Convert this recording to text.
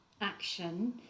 action